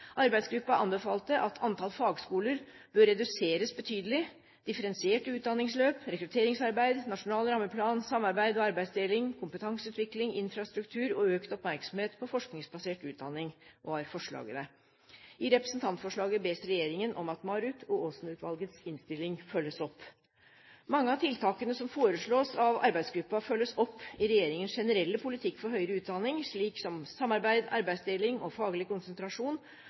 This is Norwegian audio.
anbefalte at antall fagskoler bør reduseres betydelig. Differensierte utdanningsløp, rekrutteringsarbeid, nasjonal rammeplan, samarbeid og arbeidsdeling, kompetanseutvikling, infrastruktur og økt oppmerksomhet på forskningsbasert utdanning var blant forslagene. I representantforslaget bes regjeringen om at MARUT og Aasen-utvalgets innstilling følges opp. Mange av tiltakene som foreslås av arbeidsgruppen, følges opp i regjeringens generelle politikk for høyere utdanning, slik som samarbeid, arbeidsdeling og faglig konsentrasjon,